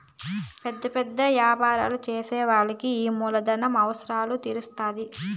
పెద్ద పెద్ద యాపారం చేసే వాళ్ళకి ఈ మూలధన అవసరాలు తీరుత్తాధి